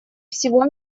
всего